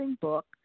book